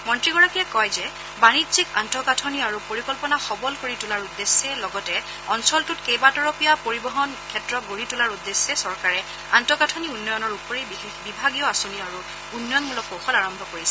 মন্ত্ৰীগৰাকীয়ে কয় যে বাণিজ্যিক আন্তঃগাঁথনি আৰু পৰিকল্পনা সবল কৰি তোলাৰ উদ্দেশ্যে লগতে অঞ্চলটোত লক্ষ্যণীয় কেইবা তৰপীয়া পৰিবহন ক্ষেত্ৰ গঢ়ি তোলাৰ উদ্দেশ্যে চৰকাৰে আন্তঃগাঁথনি উন্নয়নৰ উপৰি বিশেষ বিভাগীয় আঁচনি আৰু উন্নয়নমূলক কৌশল আৰম্ভ কৰিছে